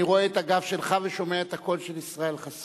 אני רואה את הגב שלך ושומע את הקול של ישראל חסון.